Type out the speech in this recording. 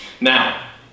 Now